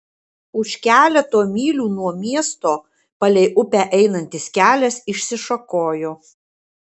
už keleto mylių nuo miesto palei upę einantis kelias išsišakojo